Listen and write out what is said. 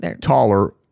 taller